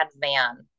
Van